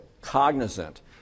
cognizant